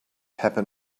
happen